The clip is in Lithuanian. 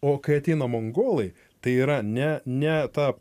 o kai ateina mongolai tai yra ne ne ta